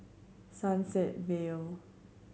Sunset Vale